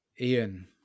Ian